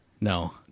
No